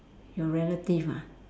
your relative ah